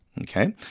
okay